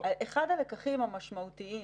אחד הלקחים המשמעותיים